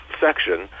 section